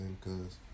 cause